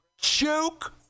Joke